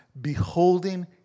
Beholding